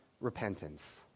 Repentance